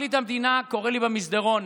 פרקליט המדינה קורא לי במסדרון,